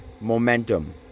momentum